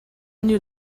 gnü